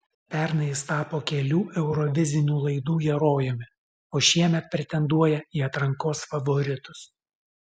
pernai jis tapo kelių eurovizinių laidų herojumi o šiemet pretenduoja į atrankos favoritus